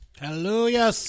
Hallelujah